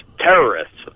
Terrorists